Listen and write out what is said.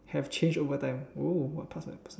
have changed over time !ooh!